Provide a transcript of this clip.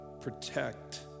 protect